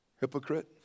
hypocrite